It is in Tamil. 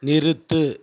நிறுத்து